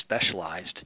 specialized